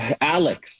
Alex